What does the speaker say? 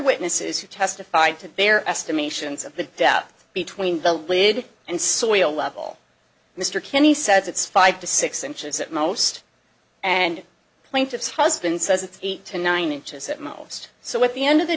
witnesses who testified to their estimations of the depth between the lid and soil level mr kinney says it's five to six inches at most and plaintiff's husband says it's eight to nine inches at most so at the end of the